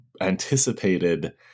anticipated